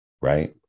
Right